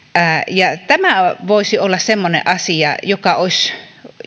ja tämä voisi olla semmoinen asia joka olisi